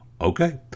Okay